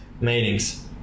meetings